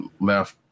left